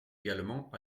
également